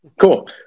Cool